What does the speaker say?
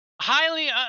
Highly